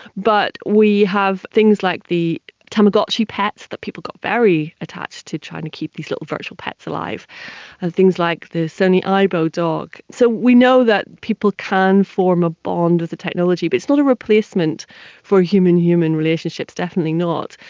but we have things like the tamagotchi pets that people got very attached to, trying to keep these little virtual pets alive, and ah things like the sony aibo dog. so we know that people can form a bond with the technology but it's not a replacement for human-human relationships, definitely not,